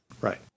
Right